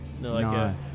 no